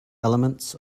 elements